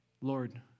Lord